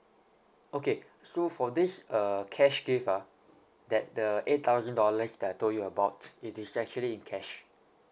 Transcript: okay so for this uh cash gift ah that the eight thousand dollars that I told you about it is actually in cash